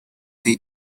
the